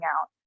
out